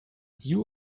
you